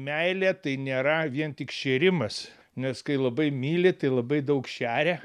meilė tai nėra vien tik šėrimas nes kai labai myli tai labai daug šeria